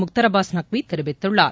முக்தார் அப்பாஸ் நக்வி தெரிவித்துள்ளார்